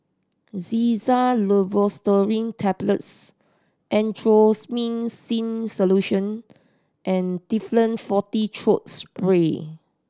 Xyzal Levocetirizine Tablets Erythroymycin Solution and Difflam Forte Throat Spray